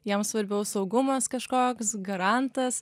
jiem svarbiau saugumas kažkoks garantas